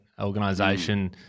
organization